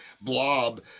blob